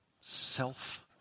self